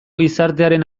gizartearen